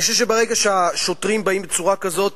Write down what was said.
אני חושב שברגע שהשוטרים באים בצורה כזאת,